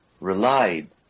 relied